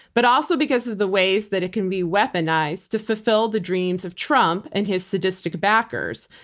but also because of the ways that it can be weaponized to fulfill the dreams of trump and his sadistic backers.